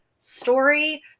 story